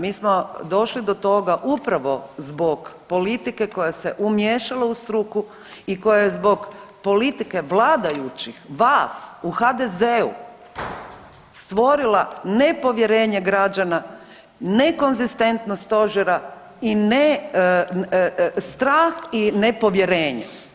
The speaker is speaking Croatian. Mi smo došli do toga upravo zbog politike koja se umiješala u struku i koja je zbog politike vladajućih vas u HDZ stvorila nepovjerenje građana, nekonzistentnost stožera i strah i nepovjerenje.